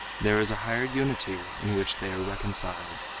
there is a higher unity in which they are reconciled.